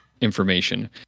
information